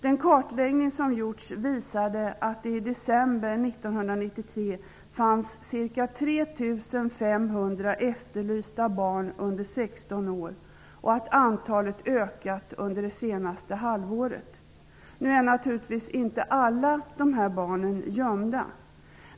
Den kartläggning som gjorts visade att det i december 1993 fanns ca 3 500 efterlysta barn under 16 år och att antalet ökat under det senaste halvåret. Naturligtvis är inte alla de här barnen gömda.